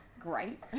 great